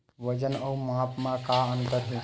वजन अउ माप म का अंतर हे?